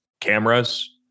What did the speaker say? cameras